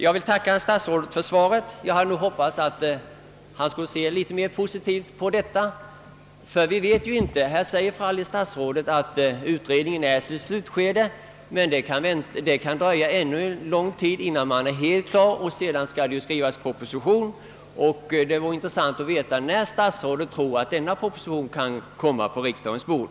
Jag vill tacka herr statsrådet för svaret. Jag hade nog hoppats att han skulle se litet mera positivt på detta problem. Herr statsrådet säger visserligen att utredningen är i sitt slutskede, men det kan dröja länge innan den är helt klar och proposition kan skrivas. Det vore intressant att veta när statsrådet tror att denna proposition kan komma på riksdagens bord.